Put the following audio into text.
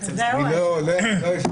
אז אין רוויזיה?